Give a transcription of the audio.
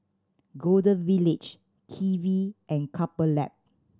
Golden Village Kiwi and Couple Lab